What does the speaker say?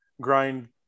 grind